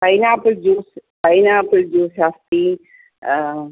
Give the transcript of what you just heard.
pineapple juice pineapple juice अस्ति